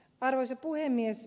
arvoisa puhemies